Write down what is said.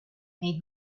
made